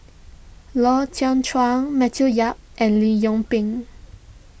Lau Teng Chuan Matthew Yap and Lee Yoon Pin